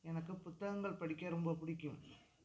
எனக்கு புத்தகங்கள் படிக்க ரொம்ப பிடிக்கும்